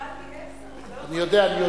קיבלתי עשר, אני יודע, אני יודע.